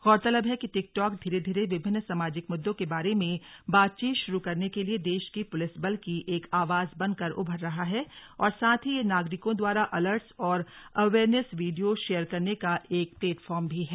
गौरतलब है कि टिकटॉक धीरे धीरे विभिन्न सामाजिक मुद्दों के बारे में बातचीत शुरू करने के लिए देश की पुलिस बल की एक आवाज बनकर उभर रहा है और साथ ही यह नागरिकों द्वारा अलर्ट्स और अवेयरनेस वीडियोज शेयर करने का एक प्लेटफॉर्म भी है